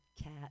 cat